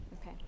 Okay